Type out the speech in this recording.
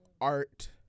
art